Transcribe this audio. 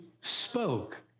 spoke